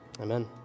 Amen